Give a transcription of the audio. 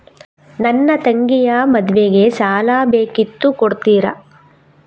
ನನ್ನ ತಂಗಿಯ ಮದ್ವೆಗೆ ಸಾಲ ಬೇಕಿತ್ತು ಕೊಡ್ತೀರಾ?